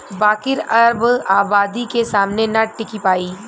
बाकिर अब आबादी के सामने ना टिकी पाई